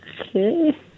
okay